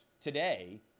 today